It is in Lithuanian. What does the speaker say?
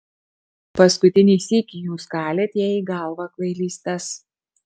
paskutinį sykį jūs kalėt jai į galvą kvailystes